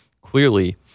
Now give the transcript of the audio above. clearly